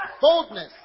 boldness